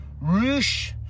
Roosh